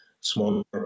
small